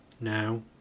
Now